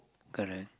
correct